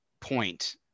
point